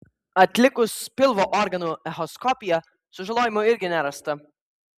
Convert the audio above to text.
atlikus pilvo organų echoskopiją sužalojimų irgi nerasta